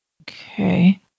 okay